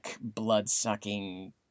blood-sucking